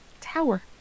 Tower